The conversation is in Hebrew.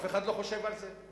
אבל אף אחד לא חושב על זה.